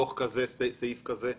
על דוח כזה, על סעיף כזה.